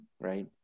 Right